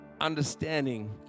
understanding